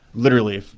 literally,